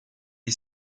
est